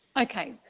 okay